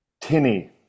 Tinny